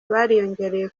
bariyongereye